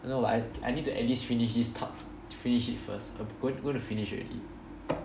no no I I need to at least finish this tub to finish it first go~ go~ gonna finish already